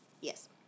Yes